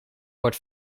wordt